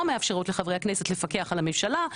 מאפשרות לחברי הכנסת לפקח על הממשלה,